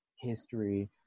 history